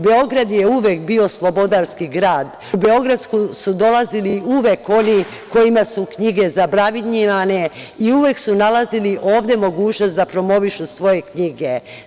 Beograd je uvek bio slobodarski grad, u Beograd su dolazili uvek oni kojima su knjige zabranjivane i uvek su nalazili ovde mogućnost da promovišu svoje knjige.